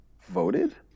voted